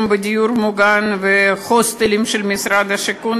בדיור מוגן והוסטלים של משרד השיכון,